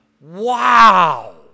wow